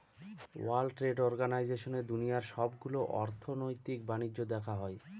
world trade অর্গানাইজেশনে দুনিয়ার সবগুলো অর্থনৈতিক বাণিজ্য দেখা হয়